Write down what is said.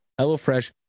HelloFresh